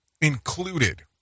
Included